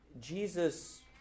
Jesus